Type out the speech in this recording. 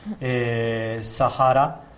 Sahara